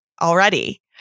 already